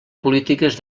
polítiques